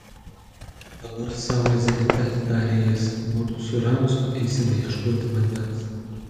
dabar saulė zenite tarė jis mudu su ramziu eisime ieškoti vandens